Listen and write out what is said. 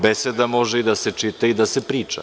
Beseda može i da se čita i da se priča.